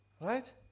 Right